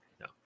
no